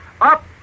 up